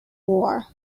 war